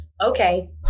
okay